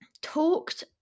talked